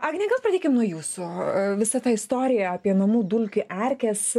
agne gal pradėkim nuo jūsų visą tą istoriją apie namų dulkių erkes